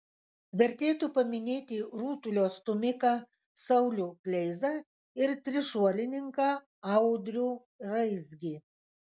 vertėtų paminėti rutulio stūmiką saulių kleizą ir trišuolininką audrių raizgį